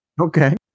Okay